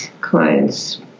Clients